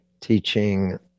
teaching